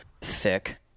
Thick